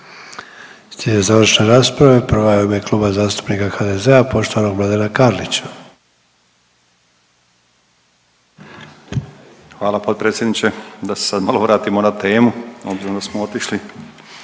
Hvala potpredsjedniče. Da se sad malo vratimo na temu obzirom da smo otišli